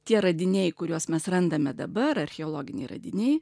tie radiniai kuriuos mes randame dabar archeologiniai radiniai